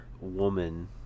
woman